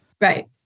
Right